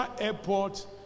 airport